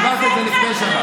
אני דיברתי על זה לפני שבאת.